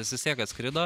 jis vis tiek atskrido